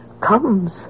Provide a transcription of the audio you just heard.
comes